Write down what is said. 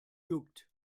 juckt